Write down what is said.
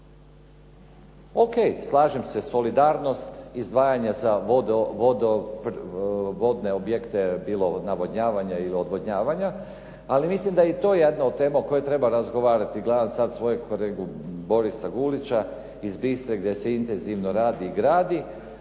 O.K, slažem se solidarnost, izdvajanja za vodne objekte, bilo navodnjavanja ili odvodnjavanja ali mislim da je i to jedna od tema o kojoj treba razgovarati. Gledam sada svojeg kolegu Borisa Gulića iz Bistre gdje se intenzivno radi i gradi,